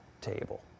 table